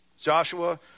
Joshua